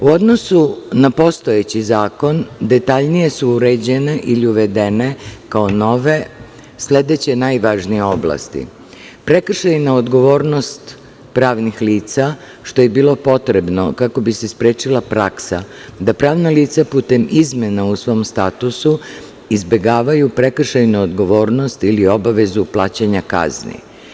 U odnosu na postojeći zakon su detaljnije uređene ili uvedene kao nove sledeće najvažnije oblasti – prekršajna odgovornost pravnih lica, što je bilo potrebno kako bi se sprečila praksa da pravna lica putem izmena u svom statusu izbegavaju prekršajnu odgovornost ili obavezu plaćanja kazni.